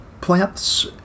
plants